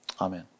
Amen